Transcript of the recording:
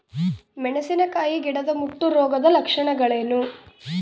ಮೆಣಸಿನಕಾಯಿ ಗಿಡದ ಮುಟ್ಟು ರೋಗದ ಲಕ್ಷಣಗಳೇನು?